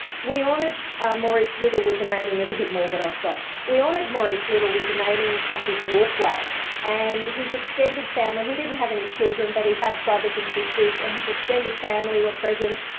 we honoured maurice little with the naming there's a bit more but i'll stop. we honoured maurice little with the naming of this walkway and his extended family he didn't have any children but he had brothers and sisters and his extended family were present.